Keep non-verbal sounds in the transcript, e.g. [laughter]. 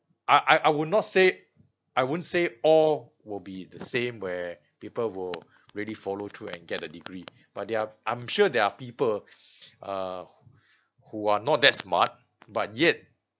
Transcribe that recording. I I would not say I won't say all will be the same where people will really follow through and get a degree but there are I'm sure there are people [breath] uh who are not that smart but yet